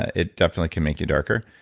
it definitely can make you darker.